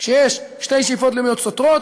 כשיש שתי שאיפות לאומיות סותרות,